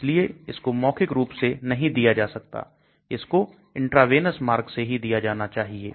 इसलिए इसको मौखिक रूप से नहीं दिया जा सकता इसको इंट्रावेनस मार्ग से ही दिया जाना चाहिए